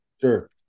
Sure